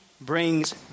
brings